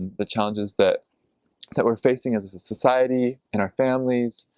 the challenges that that we're facing as as a society in our families,